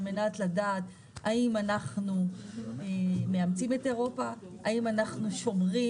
מנת לדעת האם אנחנו מאמצים את אירופה או מאמצים